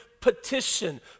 petition